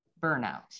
burnout